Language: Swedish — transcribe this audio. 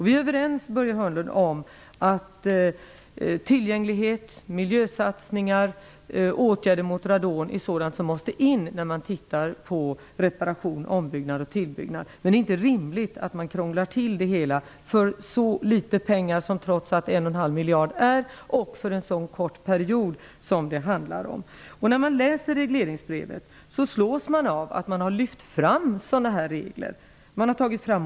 Vi är överens, Börje Hörnlund, om att sådant som tillgänglighet, miljösatsningar och åtgärder mot radon måste övervägas när det gäller reparation, ombyggnad och tillbyggnad, men det är inte rimligt att krångla till det hela med anledning av så litet pengar som 1 1/2 miljard trots allt är och för en så kort period som det gäller. När man läser regleringsbrevet slås man av att sådana här regler har lyfts fram.